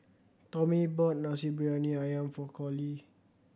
Tommy bought Nasi Briyani Ayam for Collie